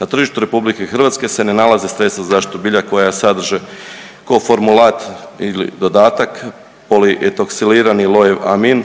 Na tržištu RH se ne nalaze sredstva za zaštitu bilja koja sadrže ko formulat ili dodatak …/Govornik se ne razumije./…